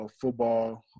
football